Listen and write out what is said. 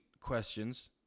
questions